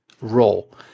role